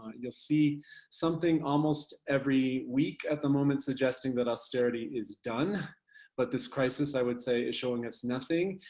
you will see something almost every week at the moment suggesting that austerity is done but this crisis i would say is showing us nothing,